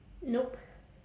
nope